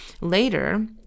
Later